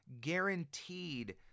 guaranteed